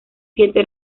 siete